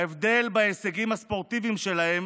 ההבדל בהישגים הספורטיביים שלהם